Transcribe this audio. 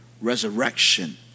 resurrection